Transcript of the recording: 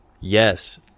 Yes